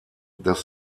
das